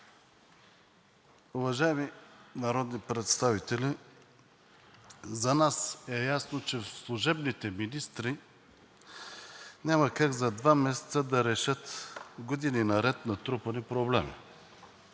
Уважаеми народни представители! За нас е ясно, че служебните министри няма как за два месеца да решат години наред натрупани проблеми,